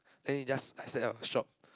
then he just accept ah shock